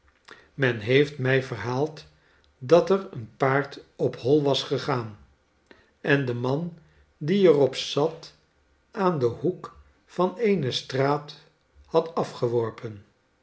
men heeft mij verhaald dat er een paard op hoi was gegaan en den man die er op zat aan den hoek van eene straat had afgeworpen